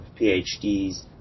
PhDs